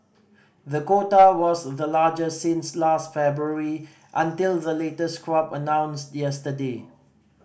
the quota was the largest since last February until the latest crop announced yesterday